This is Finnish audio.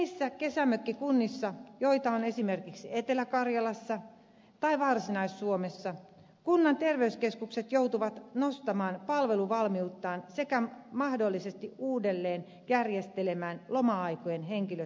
pienissä kesämökkikunnissa joita on esimerkiksi etelä karjalassa tai varsinais suomessa kunnan terveyskeskukset joutuvat nostamaan palveluvalmiuttaan sekä mahdollisesti uudelleen järjestelemään loma aikojen henkilöstön saatavuutta